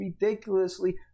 ridiculously